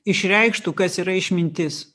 išreikštų kas yra išmintis